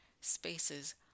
spaces